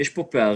יש פה פערים,